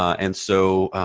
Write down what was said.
and so